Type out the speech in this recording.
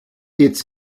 its